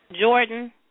Jordan